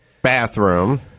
Bathroom